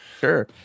Sure